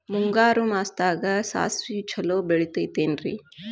ಮುಂಗಾರು ಮಾಸದಾಗ ಸಾಸ್ವಿ ಛಲೋ ಬೆಳಿತೈತೇನ್ರಿ?